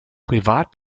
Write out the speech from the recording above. privat